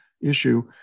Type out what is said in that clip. issue